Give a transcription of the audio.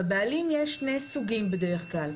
בבעלים יש שני סוגים בדרך כלל,